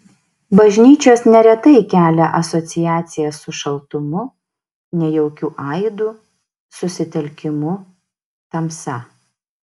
bažnyčios neretai kelia asociacijas su šaltumu nejaukiu aidu susitelkimu tamsa